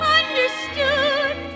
understood